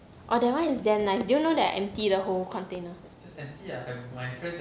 orh that one is damn nice do you know that I empty the whole container